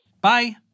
bye